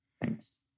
thanks